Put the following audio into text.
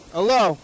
Hello